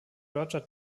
roger